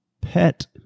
pet